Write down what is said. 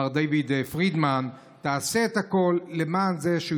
מר דייוויד פרידמן: תעשה את הכול למען זה שהוא